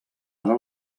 ara